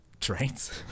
Trains